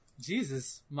Jesus